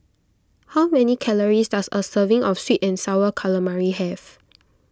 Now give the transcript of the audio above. how many calories does a serving of Sweet and Sour Calamari have